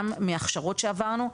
גם מהכשרות שעברנו,